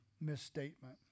misstatement